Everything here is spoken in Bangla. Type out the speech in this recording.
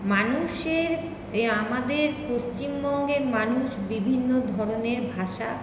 মানুষের আমাদের পশ্চিমবঙ্গের মানুষ বিভিন্ন ধরনের ভাষা